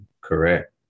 Correct